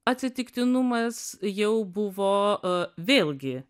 atsitiktinumas jau buvo vėlgi